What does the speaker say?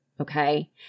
okay